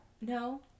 No